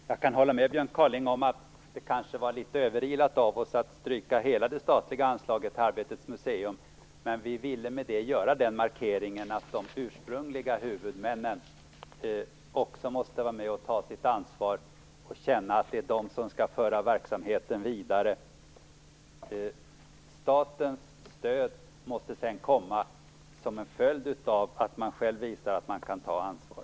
Fru talman! Jag kan hålla med Björn Kaaling om att det kanske var litet överilat av oss att stryka hela det statliga anslaget till Arbetets museum. Men vi ville med det göra den markeringen att de ursprungliga huvudmännen också måste vara med och ta sitt ansvar och känna att det är de som skall föra verksamheten vidare. Statens stöd måste sedan komma som en följd av att man själv visar att man kan ta ansvar.